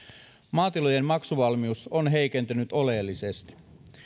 maatilojen maksuvalmius on heikentynyt oleellisesti